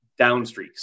downstreaks